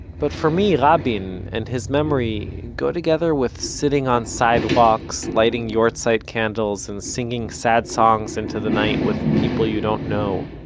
but for me rabin, and his memory, go together with sitting on sidewalks, lighting yahrzeit candles and singing sad songs into the night with people you don't know.